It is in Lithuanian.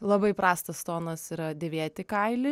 labai prastas tonas yra dėvėti kailį